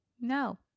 no